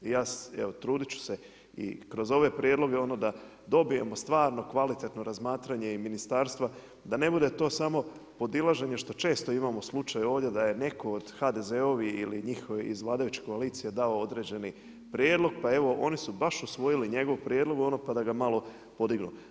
I ja evo truditi ću se i kroz ove prijedloge da dobijemo stvarno kvalitetno razmatranje i ministarstva, da ne bude to samo podilaženje što često imamo slučaj ovdje da je netko od HDZ-ovih ili njihovih iz vladajuće koalicije dao određeni prijedlog pa evo oni su baš usvojili njegov prijedlog pa da ga malo podignu.